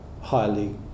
highly